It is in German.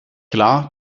klar